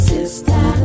Sister